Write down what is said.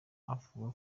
avuga